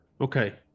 Okay